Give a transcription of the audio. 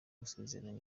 gusezerera